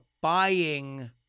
buying